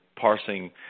parsing